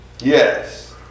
Yes